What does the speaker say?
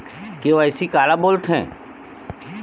KYC काला बोलथें?